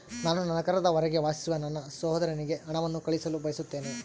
ನಾನು ನಗರದ ಹೊರಗೆ ವಾಸಿಸುವ ನನ್ನ ಸಹೋದರನಿಗೆ ಹಣವನ್ನು ಕಳುಹಿಸಲು ಬಯಸುತ್ತೇನೆ